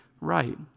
right